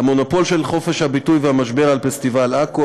המונופול של חופש הביטוי והמשבר על פסטיבל עכו,